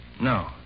No